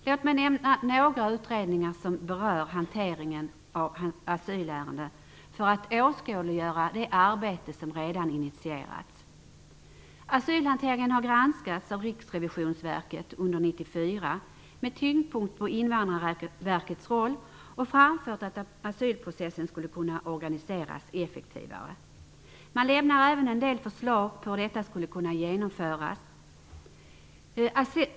Låt mig nämna några utredningar som berör hanteringen av asylärenden för att åskådliggöra det arbete som redan initierats. Asylhanteringen har granskats av Riksrevisionsverket under 1994 med tyngdpunkt på Invandrarverkets roll. Man har framfört att asylprocessen skulle kunna organiseras så att den blir effektivare. Man lämnar en del förslag på hur detta skulle kunna genomföras.